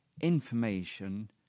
information